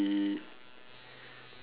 no I don't think so